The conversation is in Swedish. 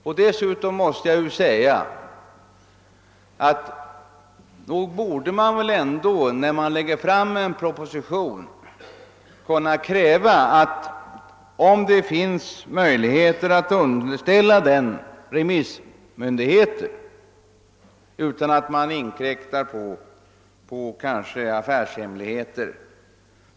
Och nog borde vi väl kunna kräva att regeringen innan den lägger fram en proposition skickar ut förslaget till remissbehandling, om det finns möjligheter att göra det utan att man inkräktar på affärshemligheter.